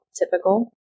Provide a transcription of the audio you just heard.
typical